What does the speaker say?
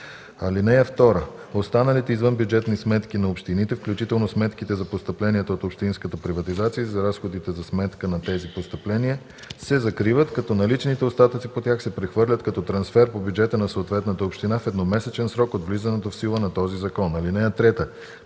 2 и 4. (2) Останалите извънбюджетни сметки на общините, включително сметките за постъпленията от общинската приватизация и за разходите за сметка на тези постъпления, се закриват, като наличните остатъци по тях се прехвърлят като трансфер по бюджета на съответната община в едномесечен срок от влизането в сила на този закон. (3)